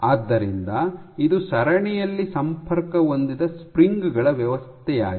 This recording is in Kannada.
ಆದ್ದರಿಂದ ಇದು ಸರಣಿಯಲ್ಲಿ ಸಂಪರ್ಕ ಹೊಂದಿದ ಸ್ಪ್ರಿಂಗ್ ಗಳ ವ್ಯವಸ್ಥೆಯಾಗಿದೆ